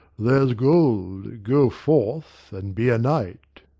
there's gold, go forth, and be a knight.